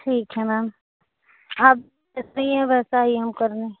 ठीक है म्याम आप है वैसा ही हम कर रहें